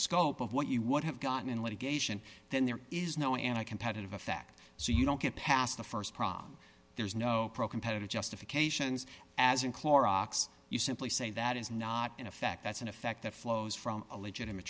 scope what you would have gotten in litigation then there is no and i competitive effect so you don't get past the st problem there's no competitive justifications as in clorox you simply say that is not an effect that's an effect that flows from a legitimate